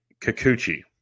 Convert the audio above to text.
Kikuchi